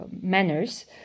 manners